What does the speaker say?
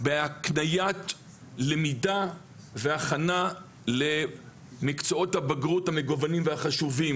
בהקניית למידה והכנה למקצועות הבגרות המגוונים והחשובים.